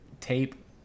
tape